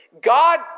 God